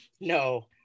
No